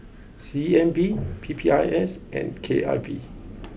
C N B P P I S and K I V